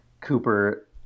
Cooper